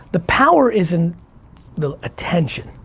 the power is in the attention.